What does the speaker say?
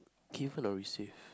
given or received